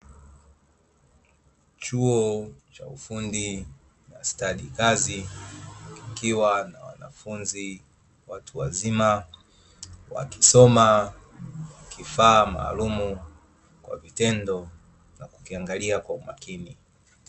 Chuo cha ufundi na stadi kazi kikiwa na wanafunzi watu wazima wakisoma kifaa maalumu kwa vitendo na kukiangalia kwa makini.